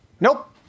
Nope